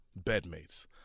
bedmates